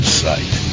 sight